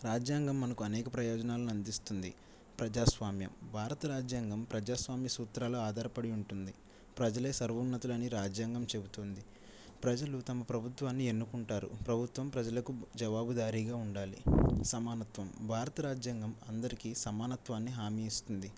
రాజ్యాంగం మనకు అనేక ప్రయోజనాలు అందిస్తుంది ప్రజాస్వామ్యం భారత రాజ్యాంగం ప్రజాస్వామ్య సూత్రాలు ఆధారపడి ఉంటుంది ప్రజలే సర్వోన్నతులని రాజ్యాంగం చెబుతుంది ప్రజలు తమ ప్రభుత్వాన్ని ఎన్నుకుంటారు ప్రభుత్వం ప్రజలకు జవాబుదారీగా ఉండాలి సమానత్వం భారత రాజ్యాంగం అందరికీ సమానత్వాన్ని హామీ ఇస్తుంది